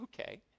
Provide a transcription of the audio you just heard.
okay